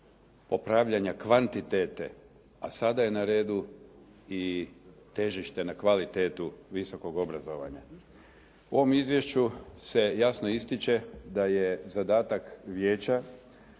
popravljanja kvantitete, a sada je na redu i težište na kvalitetu visokog obrazovanja. U ovom izvješću se jasno ističe da je zadatak Vijeća